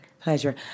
pleasure